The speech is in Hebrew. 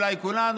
אולי כולנו,